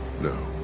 No